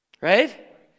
Right